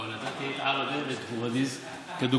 לא, נתתי את עראבה ואת פוריידיס כדוגמאות.